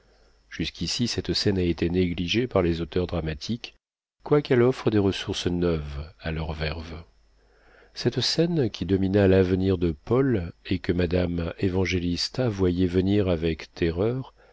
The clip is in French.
jusqu'ici cette scène a été négligée par les auteurs dramatiques quoiqu'elle offre des ressources neuves à leur verve cette scène qui domina l'avenir de paul et que madame évangélista voyait venir avec terreur